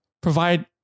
provide